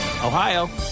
Ohio